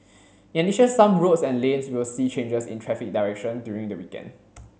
in addition some roads and lanes will see changes in traffic direction during the weekend